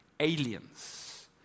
Aliens